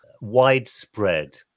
widespread